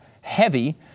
heavy